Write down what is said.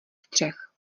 střech